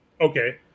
Okay